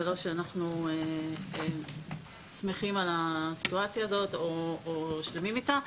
זה לא שאנחנו שמחים על הסיטואציה הזו או שלמים אתה.